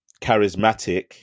charismatic